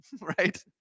right